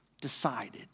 decided